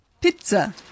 pizza